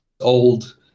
old